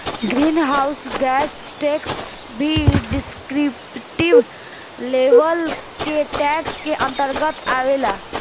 green house gas tax भी descriptive level के tax के अंतर्गत आवेला